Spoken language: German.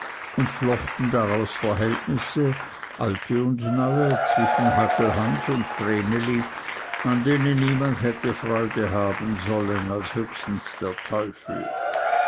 und flochten daraus verhältnisse alte und neue zwischen hagelhans und vreneli an denen niemand hätte freude haben sollen als höchstens der teufel